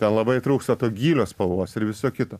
ten labai trūksta to gylio spalvos ir viso kito